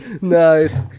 nice